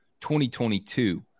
2022